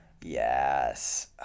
Yes